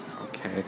Okay